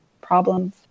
problems